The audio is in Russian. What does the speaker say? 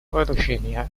вооружения